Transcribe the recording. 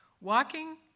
Walking